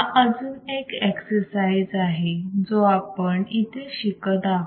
हा अजून एक एक्ससाइज आहे जो आपण इथे शिकत आहोत